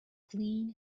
clean